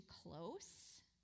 close